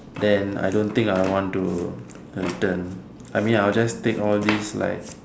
then I don't think I would want to return I mean I would just take all these like